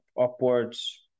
upwards